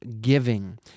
giving